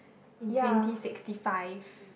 in twenty sixty five